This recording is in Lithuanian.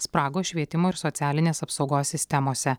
spragos švietimo ir socialinės apsaugos sistemose